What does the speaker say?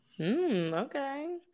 okay